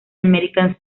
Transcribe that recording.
american